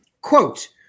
Quote